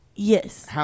Yes